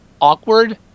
awkward